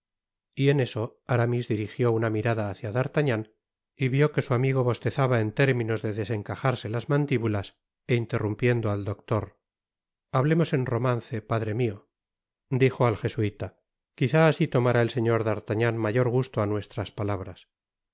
y en eso aramis dirigió una mirada hácia d'artagnan y vió que su amigo bostezaba en orminos de desencajarse las mandibulas é interrumpiendo al doctor hablemos en romance padre mio dijo el jesuita quizá asi tomará el señor d'artagnan mayor gusto á nuestras palabras